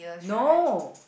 no